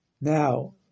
Now